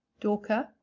dawker.